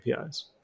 APIs